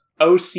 OC